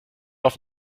auf